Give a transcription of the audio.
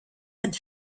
had